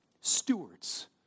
stewards